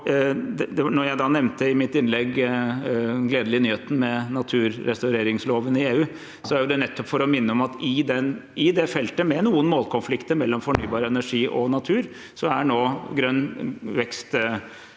innlegg nevnte den gledelige nyheten med naturrestaureringsloven i EU, var det nettopp for å minne om at i det feltet, med noen målkonflikter mellom fornybar energi og natur, er nå «Green